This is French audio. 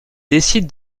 décide